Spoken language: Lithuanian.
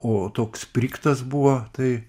o toks sprigtas buvo tai